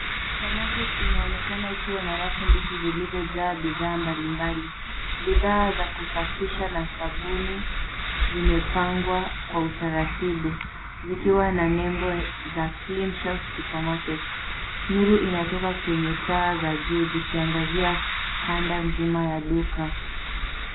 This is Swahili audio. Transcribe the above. Supermarket inaonekana ikiwa na rafu ndefu zilizojaa bidhaa mbalimbali. Bidhaa za kusafisha na sabuni zimepangwa kwa utaratibu zikiwa na nembo za cleanshelf supermarket . Nuru inatoka kwenye taa za juu zikiangazia kanda nzima ya duka.